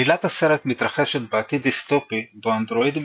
עלילת הסרט מתחשת בעתיד דיסטופי בו אנדרואידים